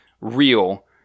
real